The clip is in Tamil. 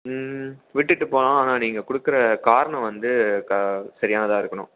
விட்டுவிட்டு போகலாம் ஆனால் நீங்கள் கொடுக்குற காரணம் வந்து க சரியானதாக இருக்கணும்